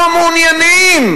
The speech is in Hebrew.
לא מעוניינים